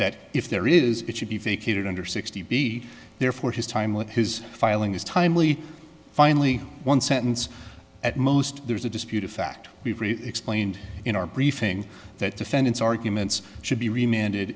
that if there is it should be vacated under sixty be therefore his time with his filing is timely finally one sentence at most there is a dispute a fact we've explained in our briefing that defendants arguments should be remi